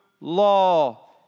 law